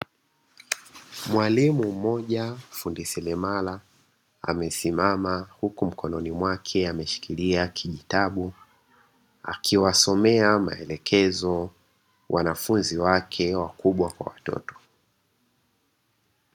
Mwalimu mmoja fundi seremala amesimama huku mkononi mwake ameshikilia kijitabu, akiwasomea maelekezo wanafunzi wake wakubwa kwa watoto.